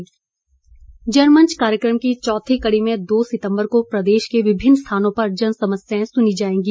जनमंच जनमंच कार्यक्रम की चौथी कड़ी में दो सितम्बर को प्रदेश के विभिन्न स्थानों पर जनसमस्याएं सुनी जाएंगी